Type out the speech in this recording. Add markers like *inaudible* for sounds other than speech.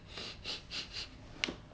*laughs*